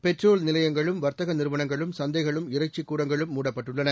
petrol நிலையங்களும் வர்த்தக நிறுவனங்களும் சந்தைகளும் இறைச்சிக் கூடங்களும் முடப்பட்டுள்ளன